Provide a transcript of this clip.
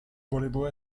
volevo